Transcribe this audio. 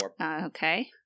Okay